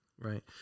Right